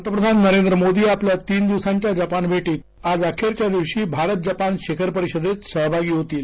पंतप्रधान नरेंद्र मोदी आपल्या तीन दिवसाच्या जपान भेटीत आज अखेरच्या दिवशी भारत जपान शिखरपरिषदेत सहभागी होतील